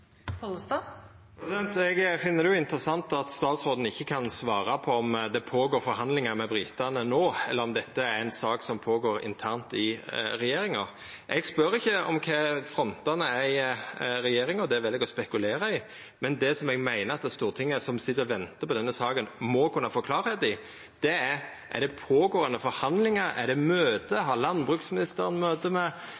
Pollestad – til oppfølgingsspørsmål. Eg finn det interessant at statsråden ikkje kan svara på om det er forhandlingar med britane no, eller om dette er ei sak som går internt i regjeringa. Eg spør ikkje om kva frontane er i regjeringa – det vel eg å spekulera i – men det eg meiner at Stortinget, som sit og ventar på denne saka, må kunna få klarheit i, er: Er det forhandlingar? Er det